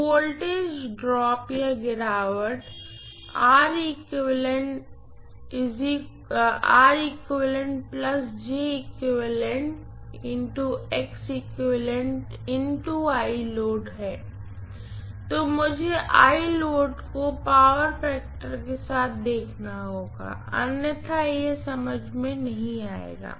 तो voltage drop तो मुझे को पावर फैक्टर के साथ देखना होगा अन्यथा यह समझ में नहीं नहीं आएगा